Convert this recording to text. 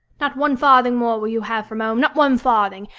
not one farthing more will you have from ome not one farthing!